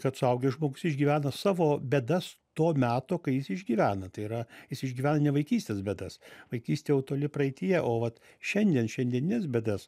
kad suaugęs žmogus išgyvena savo bėdas to meto kai jis išgyvena tai yra jis išgyvena ne vaikystės bėdas vaikystė jau toli praeityje o vat šiandien šiandienines bėdas